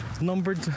numbered